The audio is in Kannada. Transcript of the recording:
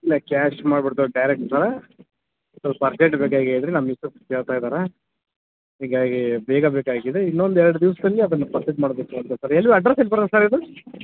ಇಲ್ಲ ಕ್ಯಾಶ್ ಮಾಡಿ ಬಿಡ್ತೀವಿ ಡೈರೆಕ್ಟ ಸೊಲ್ಪ್ ಅರ್ಜೆಂಟ್ ಬೇಕಾಗ್ಯದ್ರಿ ನಮ್ಮ ಮಿಸ್ಸಸ್ ಕೇಳ್ತಾ ಇದಾರೆ ಹೀಗಾಗಿ ಬೇಗ ಬೇಕಾಗಿದೆ ಇನ್ನೊಂದು ಎರಡು ದಿವಸದಲ್ಲಿ ಅದನ್ನ ಪರ್ಚೆಸ್ ಮಾಡಬೇಕು ಅಂತ ಸರ್ ಎಲ್ಲಿ ಅಡ್ರೆಸ್ ಎಲ್ಲಿ ಬರೋದು ಸರ್ ಇದು